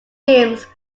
gyms